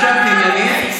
מפיץ שקרים,